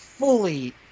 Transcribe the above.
fully